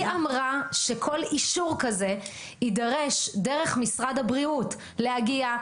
היא אמרה שכל אישור כזה יידרש דרך משרד הבריאות: להגיע,